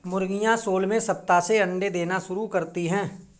मुर्गियां सोलहवें सप्ताह से अंडे देना शुरू करती है